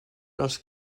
els